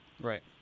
Right